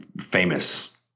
famous